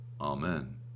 Amen